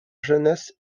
jeunesse